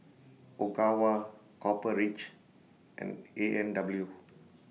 Ogawa Copper Ridge and A and W